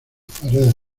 paredes